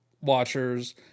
watchers